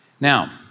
Now